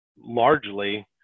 largely